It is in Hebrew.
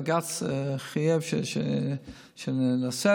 בג"ץ חייב שננסה,